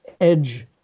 edge